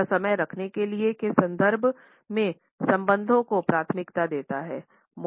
यह समय रखने के विचार के संदर्भ में संबंधों को प्राथमिकता देता है